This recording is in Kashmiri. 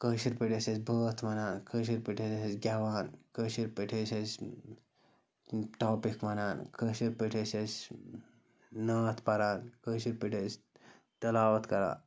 کٲشِر پٲٹھۍ أسۍ ٲسۍ بٲتھ وَنان کٲشِر پٲٹھۍ أسۍ ٲسۍ گٮ۪وان کٲشِر پٲٹھۍ أسۍ ٲسۍ ٹاپِک وَنان کٲشِر پٲٹھۍ أسۍ ٲسۍ نعت پَران کٲشِر پٲٹھۍ ٲسۍ تِلاوَت کَران